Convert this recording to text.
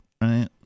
right